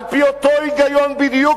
על פי אותו היגיון בדיוק,